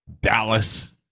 Dallas